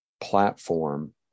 platform